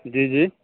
جی جی